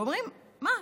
ואומרים: מה,